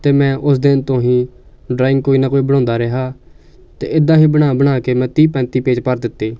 ਅਤੇ ਮੈਂ ਉਸ ਦਿਨ ਤੋਂ ਹੀ ਡਰਾਇੰਗ ਕੋਈ ਨਾ ਕੋਈ ਬਣਾਉਂਦਾ ਰਿਹਾ ਅਤੇ ਇੱਦਾਂ ਹੀ ਬਣਾ ਬਣਾ ਕੇ ਮੈਂ ਤੀਹ ਪੈਂਤੀ ਪੇਜ ਭਰ ਦਿੱਤੇ